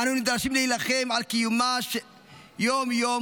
אנו נדרשים להילחם על קיומה יום-יום,